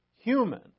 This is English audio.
human